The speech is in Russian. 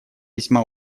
весьма